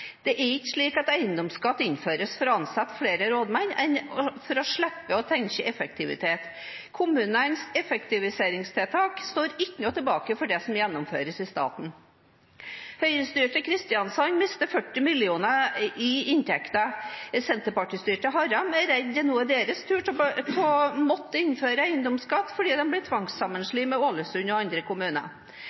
Det er ikke slik at eiendomsskatt innføres for å ansette flere rådmenn eller for å slippe å tenke effektivitet. Kommunenes effektiviseringstiltak står ikke noe tilbake for det som gjennomføres i staten. Høyre-styrte Kristiansand mister 40 mill. kr i inntekter. Senterparti-styrte Haram er redd det nå er deres tur til å måtte innføre eiendomsskatt, fordi de ble tvangssammenslått med Ålesund og andre kommuner.